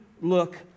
look